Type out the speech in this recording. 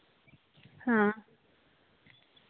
ᱦᱮᱸ